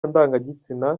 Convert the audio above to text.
ndangagitsina